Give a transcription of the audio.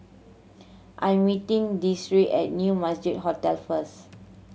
I am meeting Desiree at New Majestic Hotel first